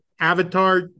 Avatar